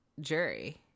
jury